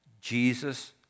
Jesus